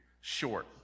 short